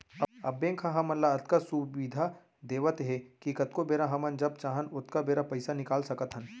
अब बेंक ह हमन ल अतका सुबिधा देवत हे कि कतको बेरा हमन जब चाहन ओतका बेरा पइसा निकाल सकत हन